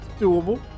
doable